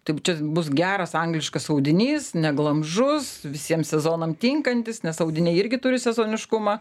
tai jau čia bus geras angliškas audinys neglamžus visiem sezonam tinkantis nes audiniai irgi turi sezoniškumą